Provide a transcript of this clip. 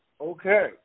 Okay